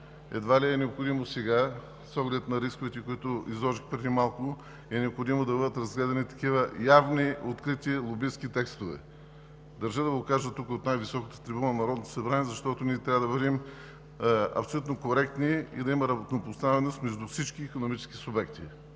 Едва ли е необходимо сега, с оглед на рисковете, които изложих преди малко, да бъдат разгледани такива явни, открити, лобистки текстове. Държа да го кажа тук от най-високата трибуна на Народното събрание, защото ние трябва да бъдем абсолютно коректни и да има равнопоставеност между всички икономически субекти.